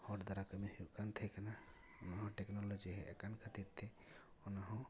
ᱦᱚᱲ ᱫᱟᱨᱟ ᱠᱟᱹᱢᱤ ᱦᱩᱭᱩᱜ ᱠᱟᱱ ᱛᱟᱦᱮᱸ ᱠᱟᱱᱟ ᱚᱟᱱ ᱦᱚᱸ ᱴᱮᱠᱱᱳᱞᱳᱡᱤ ᱦᱮᱡ ᱟᱠᱟᱱ ᱠᱷᱟᱹᱛᱤᱨ ᱛᱮ ᱚᱱᱟ ᱦᱚᱸ ᱦᱚᱲ ᱩᱱᱟᱹᱜ ᱞᱟᱹᱠᱛᱤ ᱵᱟᱝ ᱯᱟᱲᱟᱜ ᱠᱟᱱᱟ